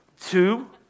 two